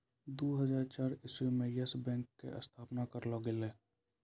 दु हजार चार इस्वी मे यस बैंक के स्थापना करलो गेलै